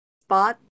spot